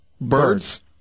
Birds